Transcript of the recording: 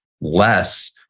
less